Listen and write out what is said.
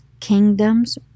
kingdoms